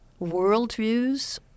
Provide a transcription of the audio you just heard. worldviews